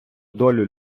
долю